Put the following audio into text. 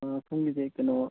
ꯁꯣꯝꯒꯤꯁꯦ ꯀꯩꯅꯣ